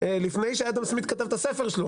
לפני שאדם סמית כתב את הספר שלו,